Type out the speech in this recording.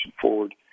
forward